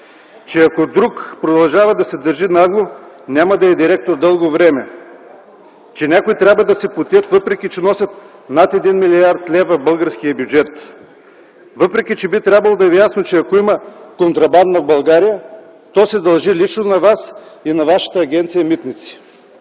че ако друг продължава да се държи нагло, няма да е директор дълго време; че някои трябва да се потят, въпреки че носят над един милиард лева в българския бюджет. Въпреки че би трябвало да Ви е ясно, че ако има контрабанда в България, то се дължи лично на Вас и на вашата Агенция „Митници”.